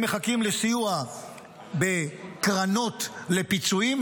הם מחכים לסיוע בקרנות לפיצויים,